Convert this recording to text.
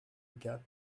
gap